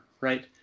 right